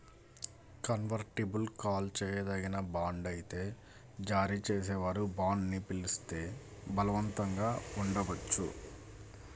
convertible call చేయదగిన bond అయితే జారీ చేసేవారు బాండ్ని పిలిస్తే బలవంతంగా ఉండవచ్చు